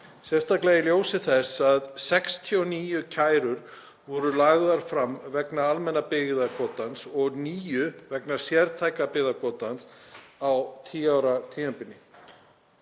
sérstaklega í ljósi þess að 69 kærur voru lagðar fram vegna almenna byggðakvótans og níu vegna sértæka byggðakvótans á tíu ára tímabili?